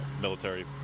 military